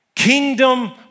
kingdom